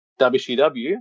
WCW